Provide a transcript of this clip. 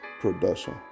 production